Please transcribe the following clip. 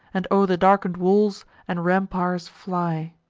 and o'er the darken'd walls and rampires fly.